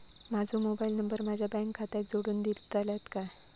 माजो mobile number माझ्या bank खात्याक जोडून दितल्यात काय?